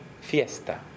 fiesta